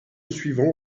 suivant